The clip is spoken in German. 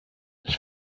ich